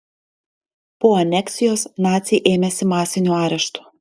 po aneksijos naciai ėmėsi masinių areštų